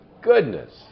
goodness